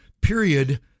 period